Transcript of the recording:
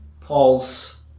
Paul's